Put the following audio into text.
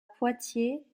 poitiers